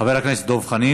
חבר הכנסת דב חנין.